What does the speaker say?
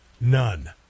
None